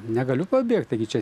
negaliu pabėgt taigi čia